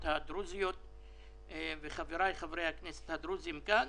הדרוזיות וחבריי חברי הכנסת הדרוזים כאן